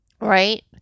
Right